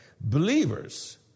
Believers